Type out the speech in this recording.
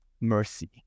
mercy